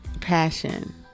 Passion